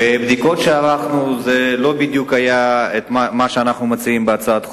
בבדיקות שערכנו זה לא היה בדיוק כפי שאנחנו מציעים בהצעת החוק.